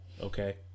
okay